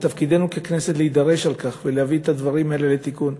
ותפקידנו ככנסת להידרש לכך ולהביא את הדברים האלה לידי תיקון.